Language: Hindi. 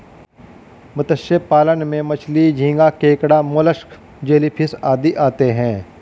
मत्स्य पालन में मछली, झींगा, केकड़ा, मोलस्क, जेलीफिश आदि आते हैं